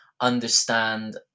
understand